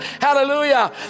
hallelujah